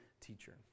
teacher